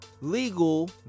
legal